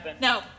No